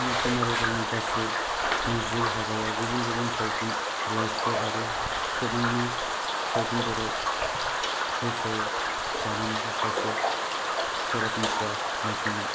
कुमारिया गावनि गासै जिउहाबायाव गुबुन गुबुन सावथुन लायसिफोर आरो समायनाय सावथुनफोराव फोसाव जानाय सासे सरासनस्रा मोखांमोन